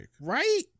right